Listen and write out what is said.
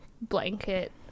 blanket